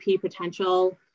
potential